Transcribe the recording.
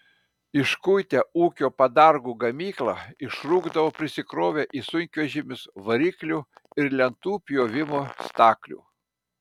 iškuitę ūkio padargų gamyklą išrūkdavo prisikrovę į sunkvežimius variklių ir lentų pjovimo staklių